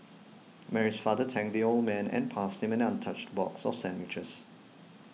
Mary's father thanked the old man and passed him an untouched box of sandwiches